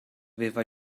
aveva